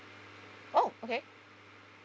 oh okay